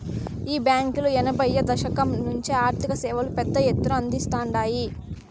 ఈ బాంకీలు ఎనభైయ్యో దశకం నుంచే ఆర్థిక సేవలు పెద్ద ఎత్తున అందిస్తాండాయి